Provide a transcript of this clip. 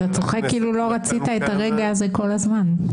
אתה צוחק כאילו לא רצית את הרגע הזה כל הזמן.